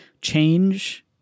change